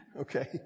Okay